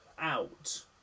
out